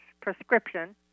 Prescription